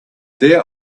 their